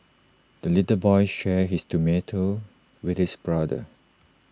the little boy shared his tomato with his brother